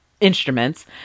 instruments